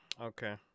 okay